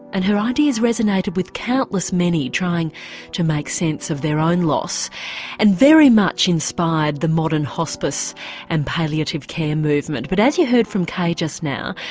and her ideas resonated with countless many trying to make sense of their own loss and very much inspired the modern hospice and palliative care movement. but as you heard from kay just now,